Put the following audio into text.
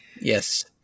Yes